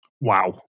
Wow